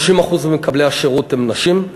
30% ממקבלי השירות הם נשים.